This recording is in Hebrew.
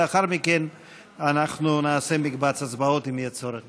לאחר מכן אנחנו נעשה מקבץ הצבעות, אם יהיה צורך.